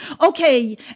okay